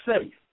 safe